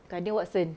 Guardian Watson